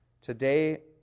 Today